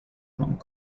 hong